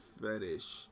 fetish